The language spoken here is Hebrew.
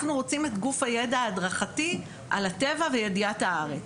אנחנו רוצים את גוף הידע ההדרכתי על הטבע וידיעת הארץ,